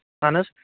اَہَن حظ